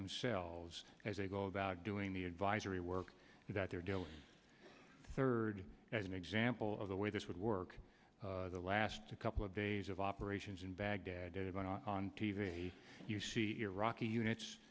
themselves as they go about doing the advisory work that they're dealt third as an example of the way this would work the last couple of days of operations in baghdad on t v you see iraqi units